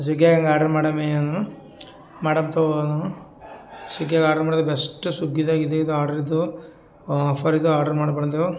ಸ್ವಿಗಿಯಾಗ್ order ಮಾಡಮೇನು ಮಾಡಮ ತೊಗೊ ಸ್ವಿಗಿಯಾಗೆ ಆಡ್ರ್ ಮಾಡೋದೆ ಬೆಸ್ಟ್ ಸುಗ್ಗಿದಾಗೆ ಇದು ಇದು ಆಡ್ರಿದ್ವು ಆಫರಿದ್ವು ಆರ್ಡರ್ ಮಾಡ್ಬಂದೇವು